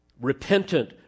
repentant